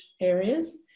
areas